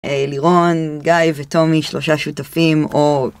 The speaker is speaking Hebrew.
לירון, גיא וטומי, שלושה שותפים, או